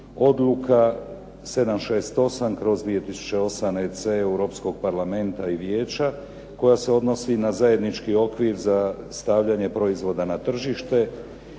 odluka 768/2008 EC Europskog parlamenta i vijeća koja se odnosi na zajednički okvir za stavljanje proizvoda na tržište.